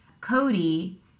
Cody